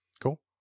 Cool